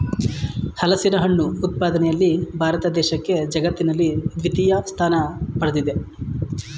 ಹಲಸಿನಹಣ್ಣು ಉತ್ಪಾದನೆಯಲ್ಲಿ ಭಾರತ ದೇಶಕ್ಕೆ ಜಗತ್ತಿನಲ್ಲಿ ದ್ವಿತೀಯ ಸ್ಥಾನ ಪಡ್ದಿದೆ